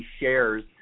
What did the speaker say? shares